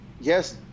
yes